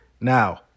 Now